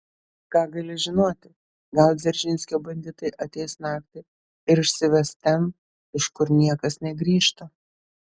ką gali žinoti gal dzeržinskio banditai ateis naktį ir išsives ten iš kur niekas negrįžta